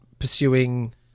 pursuing